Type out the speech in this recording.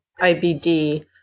IBD